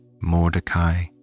Mordecai